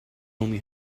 only